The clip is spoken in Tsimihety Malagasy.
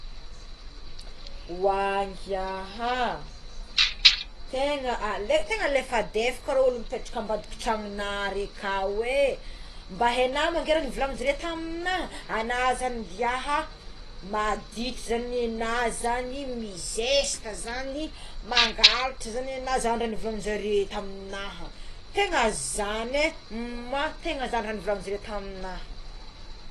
Oa ngia ha tegna le tegna lefadefaka reo olo mipetraka ambadikana tranona reo aka mba henao moa ingahy raha novolaninjareo taminahy ana zany ngiah zagny ana zagny mizesta zagny mangalatra zagny ena zany novolaninjareo tamignaha tegna zagny mah marigna tena zagny raha volanjareo tamignahy.